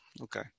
okay